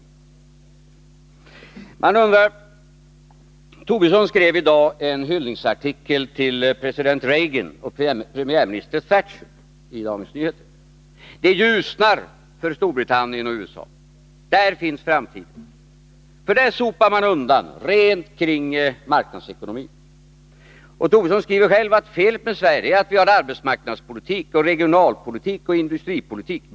I Dagens Nyheter för i dag har Lars Tobisson skrivit en hyllningsartikel till president Reagan och premiärminister Thatcher. Det ljusnar för Storbritannien och USA, där finns framtiden, heter det. Där sopar man undan, så att det blir rent kring marknadsekonomin. Lars Tobisson skriver själv att felet med Sverige är att vi har arbetsmarknadspolitik, regionalpolitik och industripolitik.